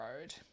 road